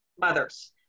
mothers